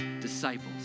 disciples